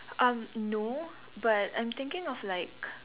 um no but I'm thinking of like